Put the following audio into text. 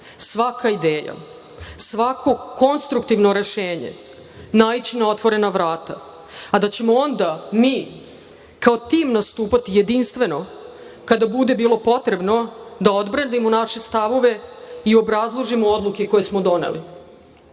svaka ideja, svako konstruktivno rešenje naići na otvorena vrata, a da ćemo onda mi kao tim nastupati, jedinstveno, kada bude bilo potrebno da odbranimo naše stavove i obrazložimo odluke koje smo doneli.